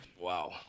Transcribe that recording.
Wow